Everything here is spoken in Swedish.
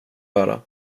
höra